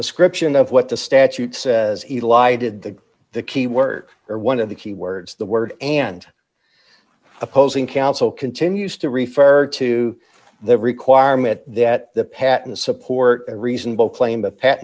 to scription of what the statute says he lighted the the key word or one of the key words the word and opposing counsel continues to refer to the requirement that the patent support a reasonable claim